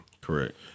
correct